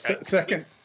Second